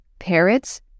parrots